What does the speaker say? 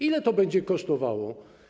Ile to będzie kosztowało?